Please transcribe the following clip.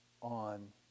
on